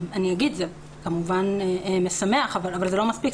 זה משמח אבל לא מספיק.